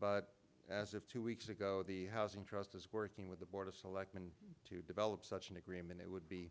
but as of two weeks ago the housing trust is working with the board of selectmen to develop such an agreement it would be